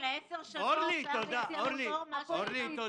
זה חלק מאד חשוב למהלך הזה.